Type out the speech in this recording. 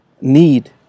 need